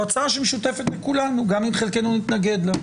הצעה שמשותפת לכולנו גם אם חלקנו נתנגד לה.